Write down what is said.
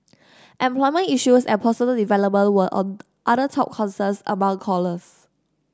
employment issues and personal development were other top concerns among callers